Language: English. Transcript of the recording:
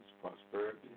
prosperity